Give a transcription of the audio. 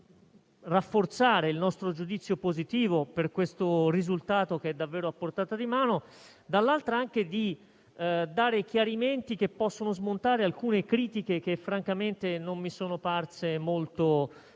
di rafforzare il nostro giudizio positivo per questo risultato, che è davvero a portata di mano, dall'altra, anche di dare chiarimenti che possono smontare alcune critiche che francamente non mi sono parse molto